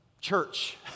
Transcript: church